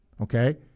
okay